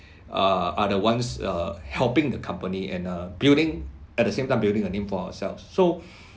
err are the ones err helping the company and uh building at the same time building a name for ourselves so